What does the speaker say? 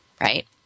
right